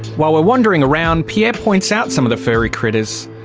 while we're wandering around, pierre points out some of the furry critters.